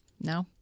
No